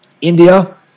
India